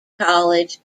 college